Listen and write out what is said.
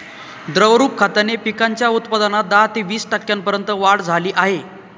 द्रवरूप खताने पिकांच्या उत्पादनात दहा ते वीस टक्क्यांपर्यंत वाढ झाली आहे